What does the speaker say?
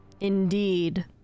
Indeed